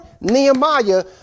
Nehemiah